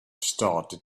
started